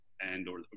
and/or